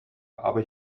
aber